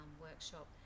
workshop